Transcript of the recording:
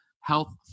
health